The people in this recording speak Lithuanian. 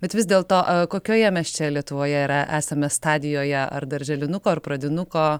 bet vis dėlto kokioje mes čia lietuvoje yra esame stadijoje ar darželinuko ar pradinuko